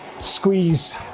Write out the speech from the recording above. squeeze